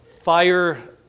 fire